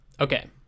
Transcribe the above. Okay